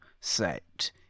set